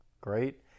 great